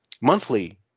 monthly